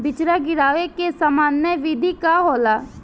बिचड़ा गिरावे के सामान्य विधि का होला?